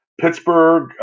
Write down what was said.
Pittsburgh